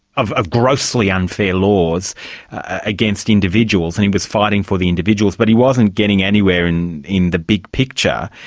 of of grossly unfair laws against individuals, and he was fighting for the individuals, but he wasn't getting anywhere in in the big picture.